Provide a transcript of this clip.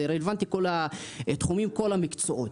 זה רלוונטי לכל התחומים בכל המקצועות.